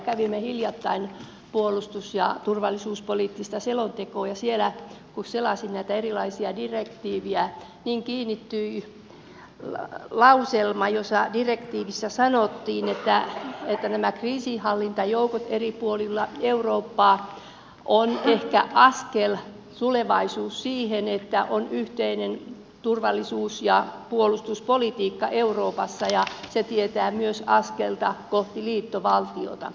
kävimme hiljattain puolustus ja turvallisuuspoliittista selontekoa läpi ja siellä kun selasin näitä erilaisia direktiivejä kiinnittyi lauselma jossa direktiivissä sanottiin että nämä kriisinhallintajoukot eri puolilla eurooppaa ovat ehkä askel siihen tulevaisuuteen että on yhteinen turvallisuus ja puolustuspolitiikka euroopassa ja se tietää myös askelta kohti liittovaltiota